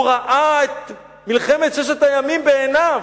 הוא ראה את מלחמת ששת הימים בעיניו,